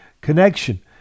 connection